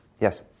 Yes